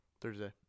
Thursday